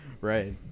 right